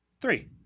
Three